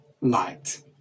light